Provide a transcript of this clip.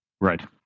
Right